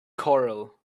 choral